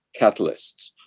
catalysts